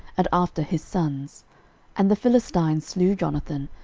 and after his sons and the philistines slew jonathan,